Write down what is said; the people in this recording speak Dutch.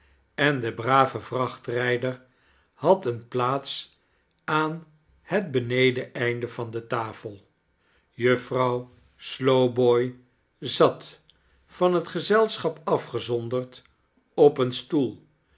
en de brave vrachtrijder had eene plaats aan het benedeneinde van de tafel juffrouw slowboy zat van het gezelschap afgezonderd op een stoel